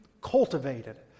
cultivated